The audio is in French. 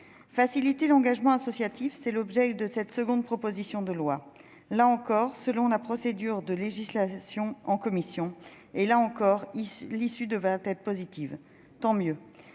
Faciliter l'engagement associatif, tel est l'objet de la présente proposition de loi, examinée elle aussi selon la procédure de législation en commission. Là encore, l'issue devrait être positive. Tant mieux !